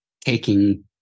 taking